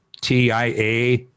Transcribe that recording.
TIA